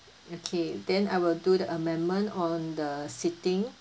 okay then I will do the amendment on the seating